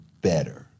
better